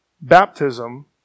baptism